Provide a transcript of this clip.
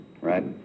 Right